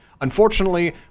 Unfortunately